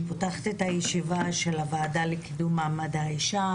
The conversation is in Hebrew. ואני פותחת את ישיבת הוועדה למעמד האישה.